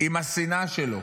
עם השנאה שלו.